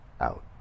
out